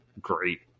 great